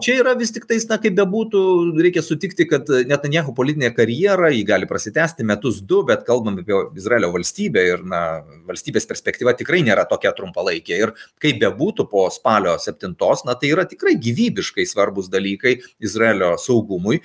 čia yra vis tiktais na kaip bebūtų reikia sutikti kad netanjahu politinė karjera ji gali prasitęsti metus du bet kalbam apie izraelio valstybę ir na valstybės perspektyva tikrai nėra tokia trumpalaikė ir kaip bebūtų po spalio septintos na tai yra tikrai gyvybiškai svarbūs dalykai izraelio saugumui